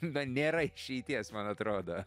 na nėra išeities man atrodo